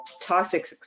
Toxic